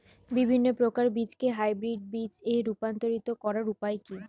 বিভিন্ন প্রকার বীজকে হাইব্রিড বীজ এ রূপান্তরিত করার উপায় কি?